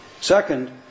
Second